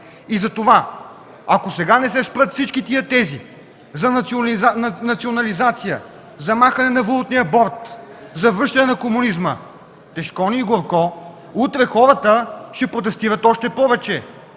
да направим. Ако сега не се спрат всички тези за национализация, за махане на валутния борд, за връщане на комунизма, тежкό ни и горкό – утре хората ще протестират още повече!